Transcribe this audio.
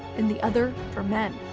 and the other for men.